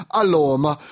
aloma